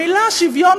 המילה "שוויון",